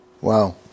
Wow